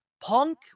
Punk